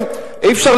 אתה משקר.